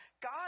God